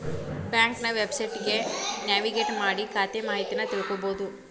ಬ್ಯಾಂಕ್ನ ವೆಬ್ಸೈಟ್ಗಿ ನ್ಯಾವಿಗೇಟ್ ಮಾಡಿ ಖಾತೆ ಮಾಹಿತಿನಾ ತಿಳ್ಕೋಬೋದು